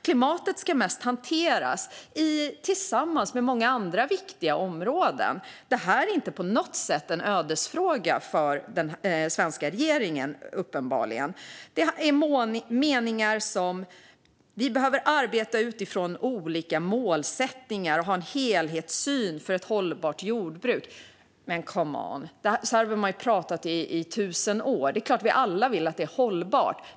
Klimatet ska mest hanteras, tillsammans med många andra viktiga områden. Detta är uppenbarligen inte en ödesfråga för den svenska regeringen. Vi hör meningar om att vi behöver arbeta utifrån olika målsättningar och ha en helhetssyn för ett hållbart jordbruk - men come on! Så har man ju pratat i tusen år. Det är klart att vi alla vill att det ska vara hållbart.